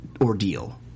ordeal